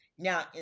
Now